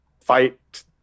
fight